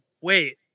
Wait